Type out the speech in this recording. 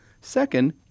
Second